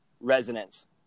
resonance